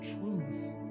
truth